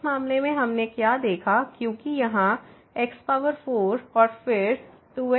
तो इस मामले में हमने क्या देखा क्योंकि यहां x4 और फिर 2 x4 है